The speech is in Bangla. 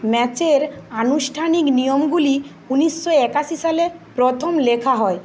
ম্যাচের আনুষ্ঠানিক নিয়মগুলি উনিশো একাশি সালে প্রথম লেখা হয়